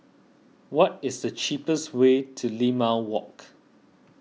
what is the cheapest way to Limau Walk